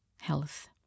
health